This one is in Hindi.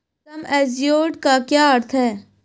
सम एश्योर्ड का क्या अर्थ है?